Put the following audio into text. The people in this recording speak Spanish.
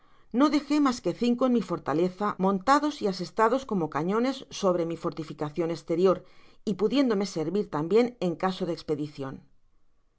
no deje mas que cinco en mi fortaleza montados y asestadas como cañones sobre mi fortificacion esterior y pudiéndome servir tambien en caso de espedicion